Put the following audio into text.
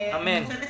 תודה רבה.